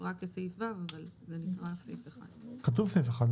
הוקרא כסעיף ו' אבל זה נקרא סעיף 1. כתוב סעיף 1,